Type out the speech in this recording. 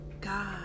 God